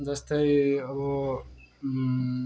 जस्तै अब